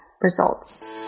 results